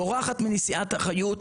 בורחת מנשיאת אחריות,